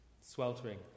sweltering